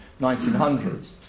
1900s